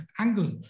angle